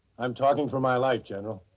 i'm talking for my life, general.